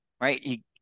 right